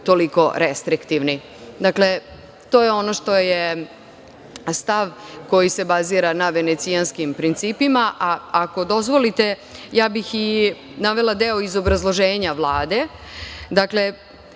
toliko restriktivni. Dakle, to je ono što je stav koji se bazira na Venecijanskim principima, a ako dozvolite navela bih i deo iz obrazloženja Vlade. Dakle,